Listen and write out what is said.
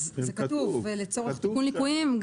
זה כתוב לצורך תיקון ליקויים.